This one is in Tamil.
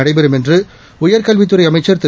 நடைபெறும் என்று உயர்கல்வித்துறை அமைச்சர் திரு